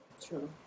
True